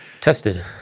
Tested